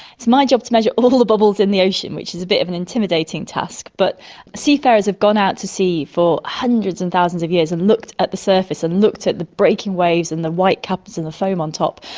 it's my job to measure all the bubbles in the ocean, which is a bit of an intimidating task. but seafarers have gone out to sea for hundreds and thousands of years and looked at the surface and looked at the breaking waves and the white caps and the foam on top,